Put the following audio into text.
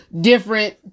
different